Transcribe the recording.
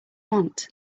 want